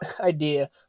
idea